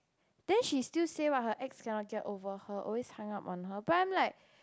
then she still say what her ex cannot get over her always hung up on her but I'm like